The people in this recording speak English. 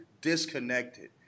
disconnected